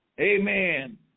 Amen